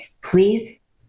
please